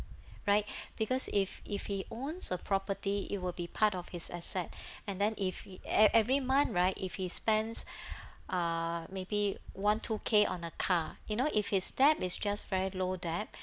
right because if if he owns a property it will be part of his asset and then if he e~ every month right if he spends uh maybe one two K on a car you know if his debt is just very low debt